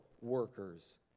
workers